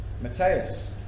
matthias